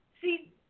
See